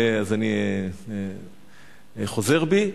אז אני חוזר בי,